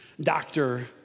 doctor